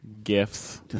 Gifts